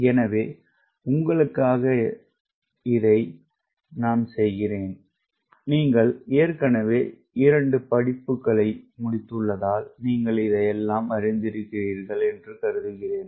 எனவே உங்களுக்காக இதைச் செய்யட்டும் நீங்கள் ஏற்கனவே 2 படிப்புகளைச் செய்துள்ளதால் நீங்கள் இதை எல்லாம் அறிந்திருக்கிறீர்கள் என்று கருதுகிறேன்